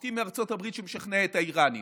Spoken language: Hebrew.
משמעותי מארצות הברית שמשכנע את האיראנים.